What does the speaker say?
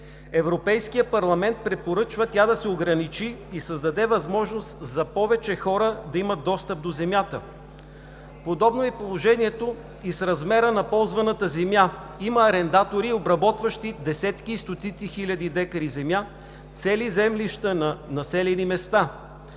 Европейският парламент препоръчва тя да се ограничи и създаде възможност за повече хора да имат достъп до земята. Подобно е положението и с размера на ползваната земя. Има арендатори, обработващи десетки и стотици хиляди декари земя, цели землища на населени места,